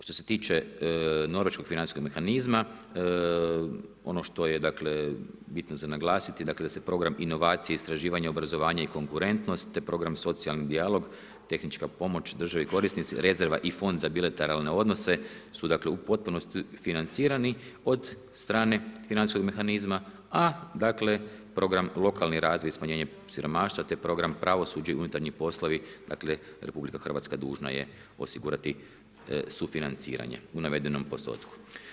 Što se tiče norveškog financijskog mehanizma, ono što je dakle bitno za naglasiti, dakle da se program inovacija i istraživanja, obrazovanja i konkurentnost te program socijalni dijalog, tehnička pomoć državi korisnici, rezerva i fond za bilateralne odnose su dakle u potpunosti financirani od strane financijskog mehanizma a dakle program lokalni razvoj i smanjenje siromaštva te program pravosuđe i unutarnji poslovi, dakle RH dužna je osigurati sufinanciranje u navedenom postotku.